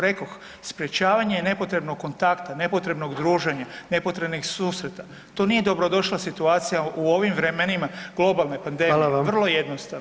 Rekoh, sprečavanje nepotrebnog kontakta, nepotrebnog druženja, nepotrebnih susreta to nije dobrodošla situacija u ovim vremenima globalne pandemije, vrlo jednostavno.